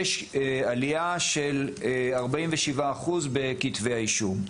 יש עלייה של 47% בכתבי האישום.